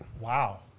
Wow